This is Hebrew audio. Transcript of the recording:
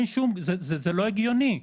זה לא הגיוני.